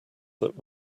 that